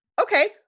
Okay